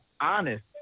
honest